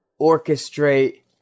orchestrate